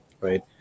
right